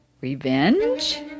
Revenge